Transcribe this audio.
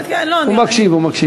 הוא מקשיב, הוא מקשיב.